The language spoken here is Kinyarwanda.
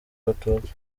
abatutsi